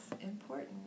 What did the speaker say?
important